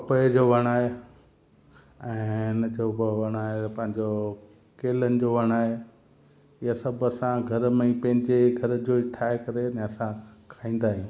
पप्पे जो वणु आहे ऐं हिन जो बि वणु आहे पंहिंजो केलनि जो वणु आहे ईअं सभु असां घर में ई पंहिंजे घर जो ई ठाहे करे ऐं असां खाईंदा आहियूं ईअं